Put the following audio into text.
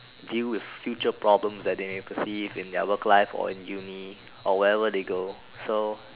deal with future problems that they may perceive in their work life or in uni or where ever they go so